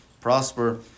prosper